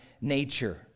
nature